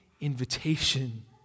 invitation